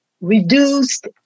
reduced